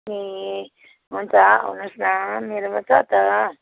ए हुन्छ आउनुहोस् न मेरोमा छ त